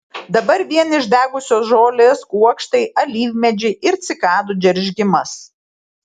dabar vien išdegusios žolės kuokštai alyvmedžiai ir cikadų džeržgimas